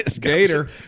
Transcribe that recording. Gator